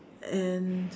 and